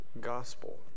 gospel